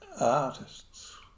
artists